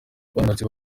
abanonotsi